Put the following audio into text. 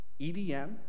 EDM